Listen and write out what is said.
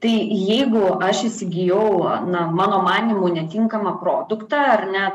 tai jeigu aš įsigijau na mano manymu netinkamą produktą ar ne